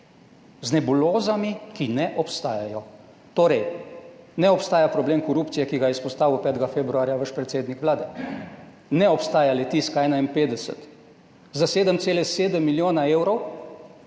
z nebulozami, ki ne obstajajo. Torej, ne obstaja problem korupcije, ki ga je izpostavil 5. februarja vaš predsednik Vlade. Ne obstaja Litijska 51 za 7,7 milijona evrov,